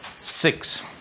six